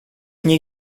nie